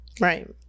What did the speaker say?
Right